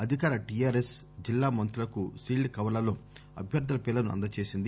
అధికార టిఆర్ఎస్ జిల్లా మంత్రులకు సీల్టు కవర్ లలో అభ్యర్దుల పేర్లను అందజేసింది